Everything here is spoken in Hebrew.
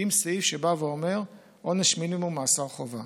עם סעיף שבא ואומר: עונש מינימום, מאסר חובה.